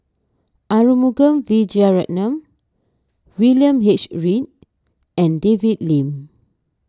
Arumugam Vijiaratnam William H Read and David Lim